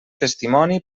testimoni